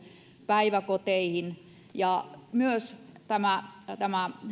päiväkoteihin ja sitten on myös